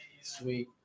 Sweet